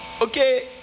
Okay